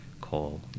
call